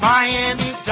Miami